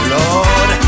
Lord